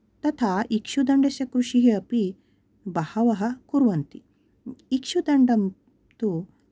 तथा इक्षुदण्डस्य कृषिः अपि बहवः कुर्वन्ति इक्षुदण्डं तु